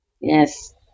Yes